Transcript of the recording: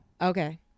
Okay